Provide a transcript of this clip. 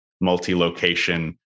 multi-location